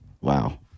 wow